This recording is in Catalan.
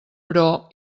però